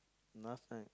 last night